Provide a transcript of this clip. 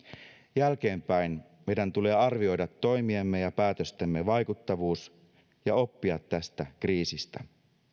jälkeenpäin meidän tulee arvioida toimiemme ja päätöstemme vaikuttavuus ja oppia tästä kriisistä